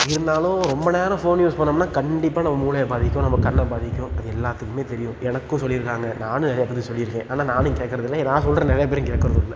இருந்தாலும் ரொம்ப நேரம் ஃபோன் யூஸ் பண்ணிணோம்னா கண்டிப்பாக நம்ம மூளையை பாதிக்கும் நம்ம கண்ணை பாதிக்கும் அது எல்லாத்துக்குமே தெரியும் எனக்கும் சொல்லியிருக்காங்க நானும் நிறைய பேருக்கு சொல்லியிருக்கேன் ஆனால் நானும் கேட்கறதில்ல ஏன் நான் சொல்கிற நிறையா பேரும் கேட்கறதும் இல்லை